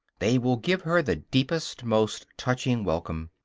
they will give her the deepest, most touching welcome.